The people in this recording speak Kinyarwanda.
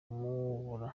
kumubura